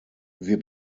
wir